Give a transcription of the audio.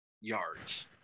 yards